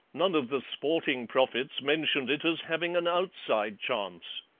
none of the sporting prophets mentioned it as having an outside chance.